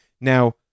Now